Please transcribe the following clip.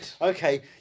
Okay